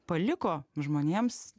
paliko žmonėms